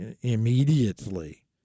immediately